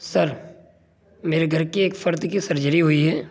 سر میرے گھر کے ایک فرد کی سرجری ہوئی ہے